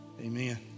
Amen